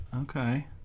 Okay